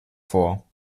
vor